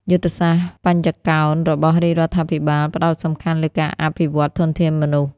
យុទ្ធសាស្ត្របញ្ចកោណរបស់រាជរដ្ឋាភិបាលផ្ដោតសំខាន់លើការអភិវឌ្ឍធនធានមនុស្ស។